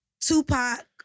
Tupac